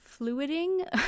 fluiding